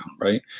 right